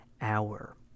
Hour